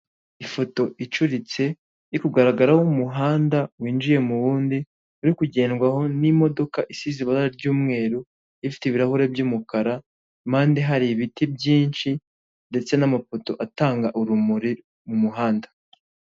Ifoto icuritse iri kugaragaraho umuhanda winjiye mu wundi, uri kugendwaho n'imodoka isize ibara ry'umweru, ifite ibirahure by'umukara, impande hari ibiti byinshi ndetse n'amapoto atanga urumuri mu muhanda.